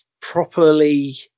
properly